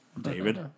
David